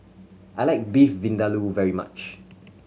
I like Beef Vindaloo very much